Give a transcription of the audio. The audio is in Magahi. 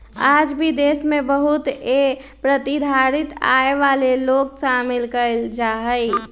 आज भी देश में बहुत ए प्रतिधारित आय वाला लोग शामिल कइल जाहई